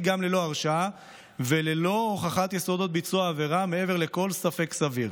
גם ללא הרשעה וללא הוכחת יסודות ביצוע העבירה מעבר לכל ספק סביר.